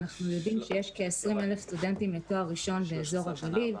אנחנו יודעים שיש כ-20,000 סטודנטים לתואר ראשון באזור הגליל,